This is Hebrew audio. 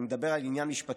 אני מדבר על עניין משפטי,